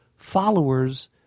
followers